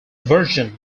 version